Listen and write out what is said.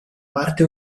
parte